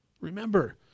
Remember